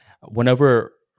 whenever